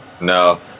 No